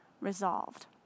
resolved